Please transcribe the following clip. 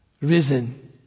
risen